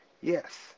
Yes